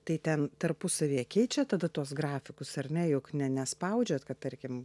tai ten tarpusavyje keičia tada tuos grafikus ar ne juk ne nespaudžiant kad tarkim